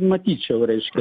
matyčiau reiškia